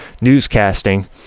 newscasting